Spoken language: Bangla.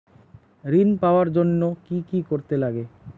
ঋণ পাওয়ার জন্য কি কি করতে লাগে?